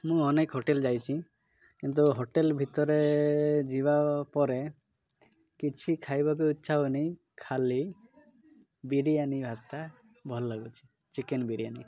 ମୁଁ ଅନେକ ହୋଟେଲ୍ ଯାଇଛି କିନ୍ତୁ ହୋଟେଲ୍ ଭିତରେ ଯିବା ପରେ କିଛି ଖାଇବାକୁ ଇଚ୍ଛା ହୁଏ ନାଇଁ ଖାଲି ବିରିୟାନି ଭାତଟା ଭଲ ଲାଗୁଛି ଚିକେନ୍ ବିରିୟାନୀ